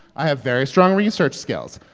i have very strong research skills.